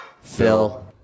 Phil